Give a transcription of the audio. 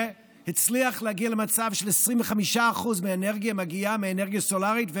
שהצליח להגיע למצב ש-25% מהאנרגיה מגיעה מאנרגיה סולרית,